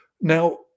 Now